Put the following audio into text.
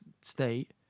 State